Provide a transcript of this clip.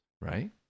right